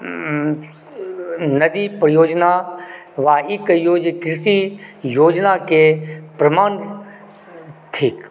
नदी परियोजना वा ई कहिऔ जे कृषि योजनाके प्रमाण ठीक